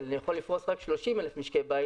אני יכול לפרוס רק 30,000 משקי בית